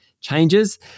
changes